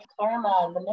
karma